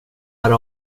här